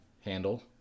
handle